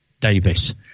Davis